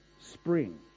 spring